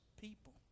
people